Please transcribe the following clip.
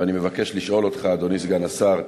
ואני מבקש לשאול אותך, אדוני סגן השר: